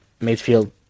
midfield